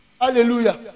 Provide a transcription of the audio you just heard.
Hallelujah